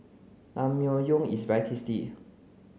Naengmyeon is very tasty